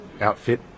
outfit